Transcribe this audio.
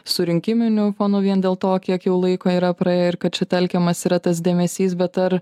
su rinkiminiu fonu vien dėl to kiek jau laiko yra praėję ir kad čia telkiamas yra tas dėmesys bet ar